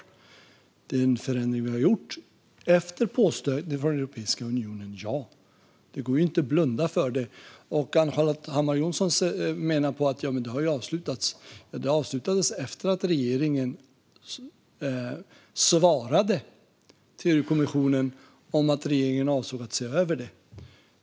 Vi har gjort en förändring efter påstötning från Europeiska unionen - ja, det går inte att blunda för det. Ann-Charlotte Hammar Johnsson menar att detta har avslutats. Det avslutades efter att regeringen svarade EU-kommissionen att regeringen avsåg att se över det.